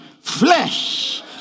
flesh